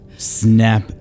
Snap